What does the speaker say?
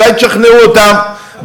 אולי תשכנעו אותם,